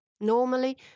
Normally